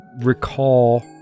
recall